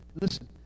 Listen